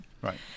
Right